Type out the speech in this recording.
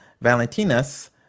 Valentinus